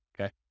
okay